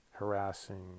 Harassing